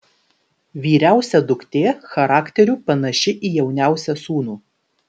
vyriausia duktė charakteriu panaši į jauniausią sūnų